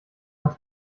paar